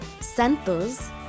Santos